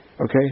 okay